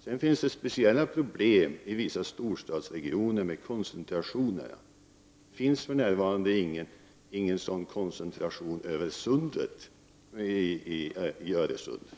för att vi i ett långt perspektiv skall kunna bedriva landsvägstrafik i det här landet. Sedan finns det speciella problem i vissa storstadsregioner med trafikkoncentrationer. Men det finns för närvarande inte någon sådan koncentration när det gäller trafiken över Öresund.